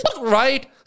Right